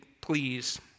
please